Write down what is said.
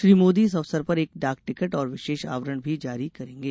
श्री मोदी इस अवसर पर एक डाक टिकट और विशेष आवरण भी जारी करेंगे